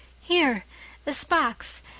here this box.